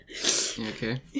Okay